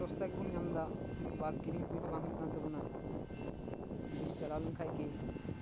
ᱥᱚᱥᱛᱟ ᱜᱮᱵᱚᱱ ᱧᱟᱢᱮᱫᱟ ᱵᱟ ᱠᱤᱨᱤᱧ ᱠᱩᱡ ᱦᱚᱸ ᱵᱟᱝ ᱦᱩᱭᱩᱜ ᱠᱟᱱ ᱛᱟᱵᱚᱱᱟ ᱵᱤᱨ ᱪᱟᱞᱟᱣ ᱞᱮᱱ ᱠᱷᱟᱱ ᱜᱮ